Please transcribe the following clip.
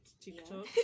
TikTok